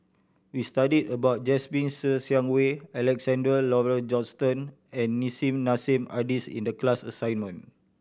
we studied about Jasmine Ser Xiang Wei Alexander Laurie Johnston and Nissim Nassim Adis in the class assignment